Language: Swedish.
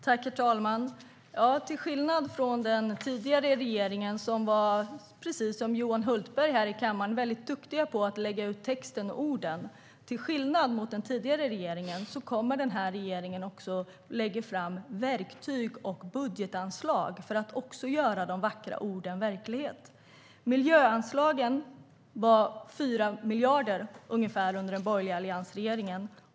Herr talman! Till skillnad från den tidigare regeringen, som precis som Johan Hultberg här i kammaren var duktig på att lägga ut texten och orden, lägger den här regeringen fram verktyg och budgetanslag för att göra verklighet av de vackra orden. Miljöanslagen var ungefär 4 miljarder under den borgerliga alliansregeringen.